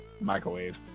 microwave